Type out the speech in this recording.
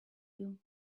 you